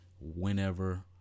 Whenever